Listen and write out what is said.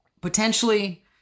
Potentially